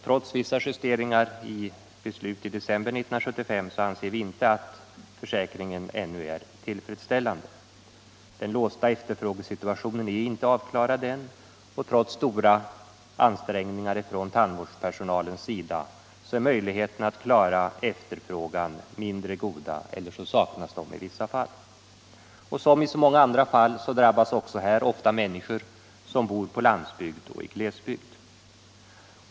Trots vissa justeringar enligt beslut i december 19753 anser vi inle att försäkringen ännu är tillfredsställande. Den låsta efterfrågesituationen är inte avklarad än, och trots stora ansträngningar från tandvårdspersonalens sida är möjligheterna att klara efterfrågan mindre goda eller saknas i vissa fall. Och som på så många andra områden drabbas också här ofta människor som bor på landsbygd och i glesbygd.